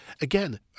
Again